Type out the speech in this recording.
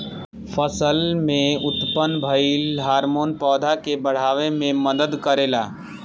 फसल में उत्पन्न भइल हार्मोन पौधा के बाढ़ावे में मदद करेला